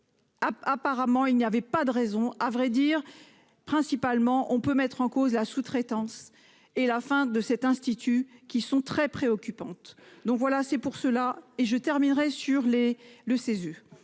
apparemment il n'y avait pas de raison. À vrai dire. Principalement, on peut mettre en cause la sous-traitance et la fin de cet institut qui sont très préoccupante. Donc voilà c'est pour cela et je terminerai sur les